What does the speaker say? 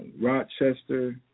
Rochester